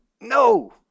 No